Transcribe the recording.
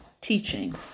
teaching